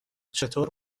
چطور